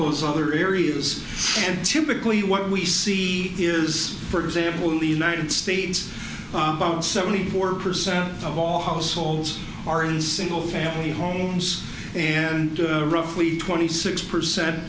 those other areas and typically what we see is for example in the united states about seventy four percent of all households are in single family homes and roughly twenty six percent